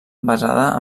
basada